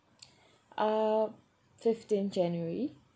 uh fifteenth january